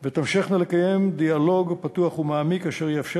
ותמשכנה לקיים דיאלוג פתוח ומעמיק אשר יאפשר